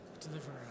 Deliver